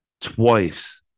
twice